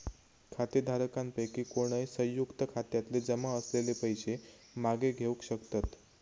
खातेधारकांपैकी कोणय, संयुक्त खात्यातले जमा असलेले पैशे मागे घेवक शकतत